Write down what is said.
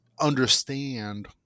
understand